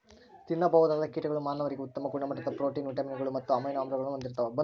ತಿನ್ನಬಹುದಾದ ಕೀಟಗಳು ಮಾನವರಿಗೆ ಉತ್ತಮ ಗುಣಮಟ್ಟದ ಪ್ರೋಟೀನ್, ವಿಟಮಿನ್ಗಳು ಮತ್ತು ಅಮೈನೋ ಆಮ್ಲಗಳನ್ನು ಹೊಂದಿರ್ತವ